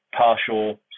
partial